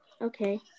Okay